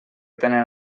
tenen